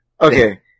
okay